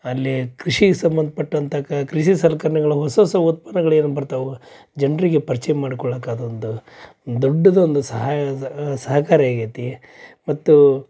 ಅಲ್ಲಿ ಕೃಷಿ ಸಂಬಂಧಪಟ್ಟಂಥ ಕೃಷಿ ಸಲಕರ್ಣೆಗಳು ಹೊಸ ಹೊಸ ಉತ್ಪನ್ನಗಳು ಏನು ಬರ್ತಾವೆ ಜನರಿಗೆ ಪರಿಚಯ ಮಾಡ್ಕೊಳ್ಳಕ್ಕ ಅದೊಂದು ದೊಡ್ಡದೊಂದು ಸಹಾಯದು ಸಹಕಾರಿ ಆಗೈತಿ ಮತ್ತು